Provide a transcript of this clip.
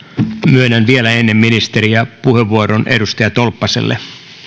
myönnän vielä ennen ministeriä puheenvuoron edustaja tolppaselle arvoisa